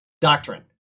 doctrine